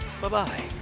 Bye-bye